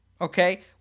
okay